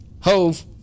Hove